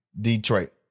Detroit